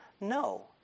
No